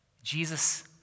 Jesus